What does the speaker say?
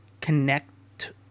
connect